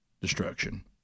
destruction